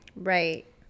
Right